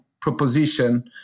proposition